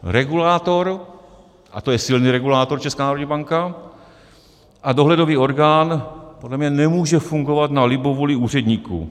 Regulátor, a to je silný regulátor, Česká národní banka, a dohledový orgán podle mě nemůže fungovat na libovůli úředníků.